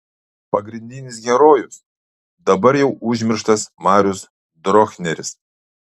pagrindinis herojus dabar jau užmirštas marius drochneris